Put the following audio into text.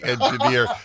engineer